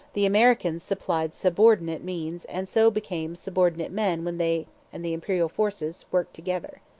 the americans supplied subordinate means and so became subordinate men when they and the imperial forces worked together.